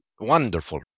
wonderful